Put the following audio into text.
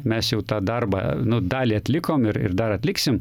mes jau tą darbą nu dalį atlikom ir ir dar atliksim